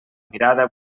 mirada